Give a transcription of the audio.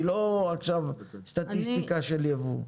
היא לא עכשיו סטטיסטיקה של ייבוא.